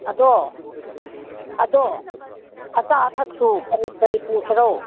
ꯑꯗꯣ ꯑꯗꯣ ꯑꯆꯥ ꯑꯊꯛꯁꯨ ꯀꯔꯤ ꯀꯔꯤ ꯄꯨꯁꯤꯔꯣ